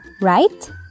right